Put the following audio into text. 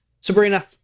Sabrina